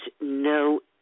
no